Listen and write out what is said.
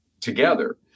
together